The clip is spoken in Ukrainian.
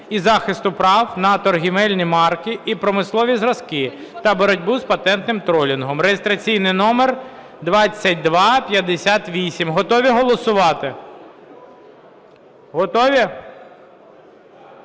і захисту прав на торговельні марки і промислові зразки та боротьби з патентним тролінгом (реєстраційний номер 2258). Готові голосувати? Готові?